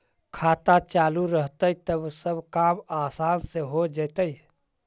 खाता चालु रहतैय तब सब काम आसान से हो जैतैय?